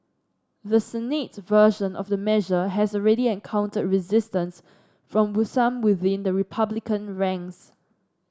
the Senate version of the measure has already encountered resistance from with some within the Republican ranks